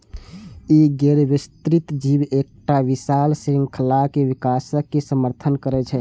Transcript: ई गैर विस्तृत जीव के एकटा विशाल शृंखलाक विकासक समर्थन करै छै